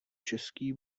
český